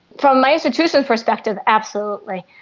from my institution's perspective, absolutely.